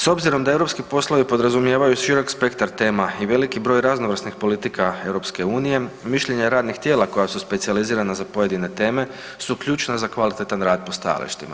S obzirom da europski poslovi podrazumijevaju širok spektar tema i veliki broj raznovrsnih politika EU mišljenja radnih tijela koja su specijalizirana za pojedine teme su ključna za kvalitetan rad po stajalištima.